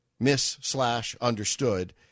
miss-slash-understood